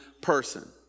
person